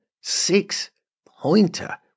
six-pointer